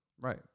Right